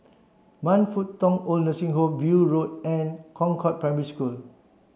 Man Fut Tong OId Nursing Home View Road and Concord Primary School